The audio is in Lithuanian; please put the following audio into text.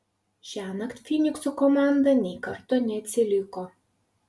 šiąnakt fynikso komanda nei karto neatsiliko